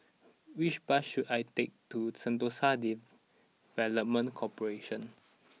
which bus should I take to Sentosa Development Corporation